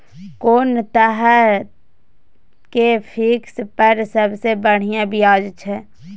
कोन तरह के फिक्स पर सबसे बढ़िया ब्याज छै?